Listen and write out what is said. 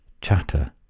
chatter